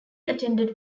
attended